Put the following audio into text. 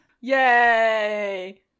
yay